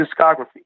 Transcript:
discography